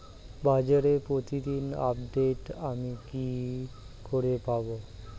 বাজারের প্রতিদিন আপডেট আমি কি করে পাবো?